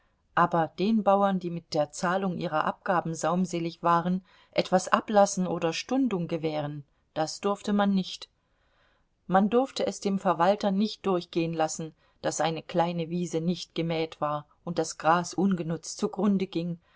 aber den bauern die mit der zahlung ihrer abgaben saumselig waren etwas ablassen oder stundung gewähren das durfte man nicht man durfte es dem verwalter nicht durchgehen lassen daß eine kleine wiese nicht gemäht war und das gras ungenutzt zugrunde ging